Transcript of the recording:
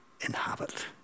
inhabit